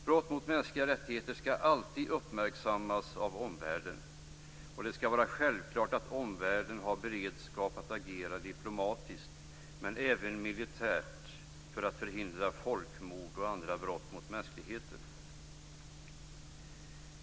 Brott mot mänskliga rättigheter ska alltid uppmärksammas av omvärlden. Det ska vara självklart att omvärlden har beredskap att agera diplomatiskt men även militärt för att hindra folkmord och andra brott mot mänskligheten.